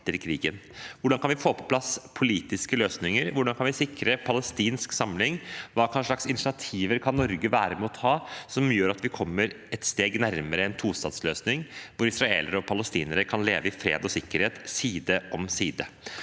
Hvordan kan vi få på plass politiske løsninger? Hvordan kan vi sikre palestinsk samling? Hva slags initiativer kan Norge være med og ta, som gjør at vi kommer et steg nærmere en tostatsløsning hvor israelere og palestinere kan leve i fred og sikkerhet side om side?